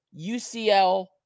UCL